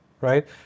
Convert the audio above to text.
right